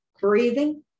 Breathing